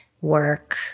work